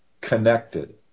connected